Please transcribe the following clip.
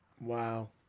wow